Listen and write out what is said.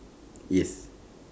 yes